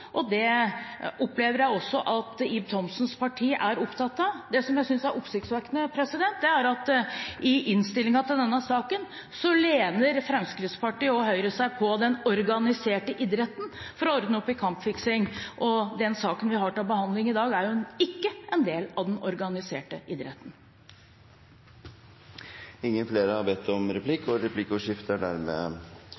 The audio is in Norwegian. og det opplever jeg også at Ib Thomsens parti er opptatt av. Det jeg synes er oppsiktsvekkende, er at Fremskrittspartiet og Høyre i innstillingen til denne saken lener seg på den organiserte idretten for å ordne opp i kampfiksing. Den saken vi har til behandling i dag, er jo ikke en del av den organiserte idretten. Replikkordskiftet er omme. I det offentlige ordskiftet har det vært mange sterke meninger om